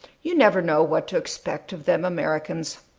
you never know what to expect of them americans,